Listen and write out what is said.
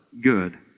good